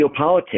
Geopolitics